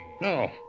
No